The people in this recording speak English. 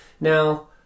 Now